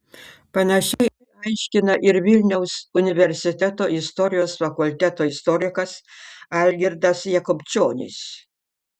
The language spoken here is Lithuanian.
panašiai aiškina ir vilniaus universiteto istorijos fakulteto istorikas algirdas jakubčionis